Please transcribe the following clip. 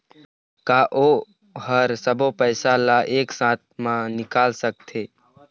का ओ हर सब्बो पैसा ला एक साथ म निकल सकथे?